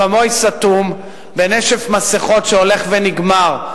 למבוי סתום בנשף מסכות שהולך ונגמר,